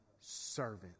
servant